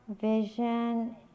Vision